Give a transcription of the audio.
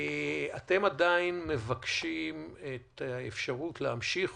אתם מבקשים את האפשרות להמשיך